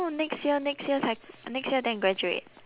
no next year next year 才 next year then graduate